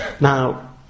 Now